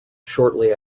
shortly